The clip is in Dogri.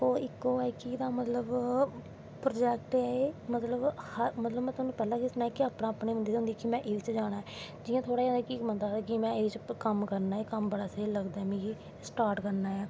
इक ओह् ऐ कि एह्दा मतलव प्रोजैक्ट में मतलव तोआनू पैह्लैं गै सनाया अपनैं अपनैं होंदी कि में एह्दे च जाना ऐ जियां थोह्ड़ा जा कि बंदा आखदा में एह्दे च कम्म करनां ऐ एह् कम्म बड़ा स्हेई लगदा ऐ मिगी स्टार्ट करनां ऐ